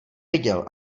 viděl